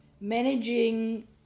managing